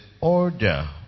order